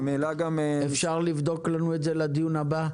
ממילא -- אפשר לבדוק לנו את זה לדיון הבא.